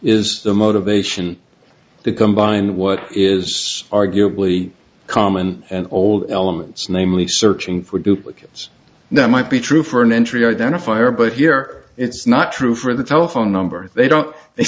is the motivation to combine what is arguably common and old elements namely searching for duplicates that might be true for an entry identifier but here it's not true for the telephone number they